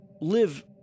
live